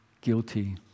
guilty